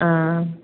ஆ ஆ